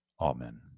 Amen